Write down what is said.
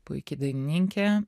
puiki dainininkė